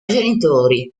genitori